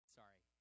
sorry